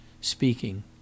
speaking